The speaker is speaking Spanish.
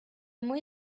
muy